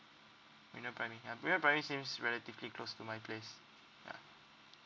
meridian primary ya meridian primary seems relatively close to my place ya